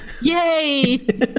Yay